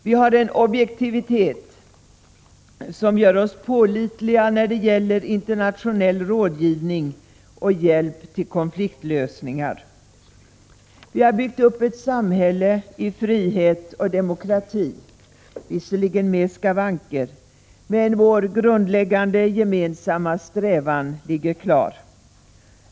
Vi har en objektivitet, som gör oss pålitliga när det gäller internationell rådgivning och hjälp till konfliktlösningar. Vi har byggt upp ett samhälle i frihet och demokrati, visserligen med skavanker, men vår grundläggande gemensamma strävan är klar.